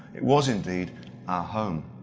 it was indeed our home.